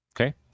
Okay